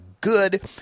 Good